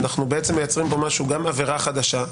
אנו מייצרים פה גם עבירה חדשה,